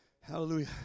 Hallelujah